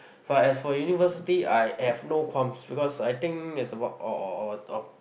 but as for university I have no qualms because I think it's about